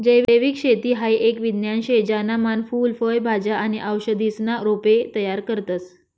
जैविक शेती हाई एक विज्ञान शे ज्याना मान फूल फय भाज्या आणि औषधीसना रोपे तयार करतस